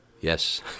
Yes